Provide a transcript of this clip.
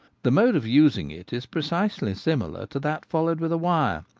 the mode of using it is precisely similar to that followed with a wire,